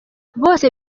bose